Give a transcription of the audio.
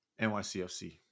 NYCFC